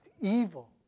evil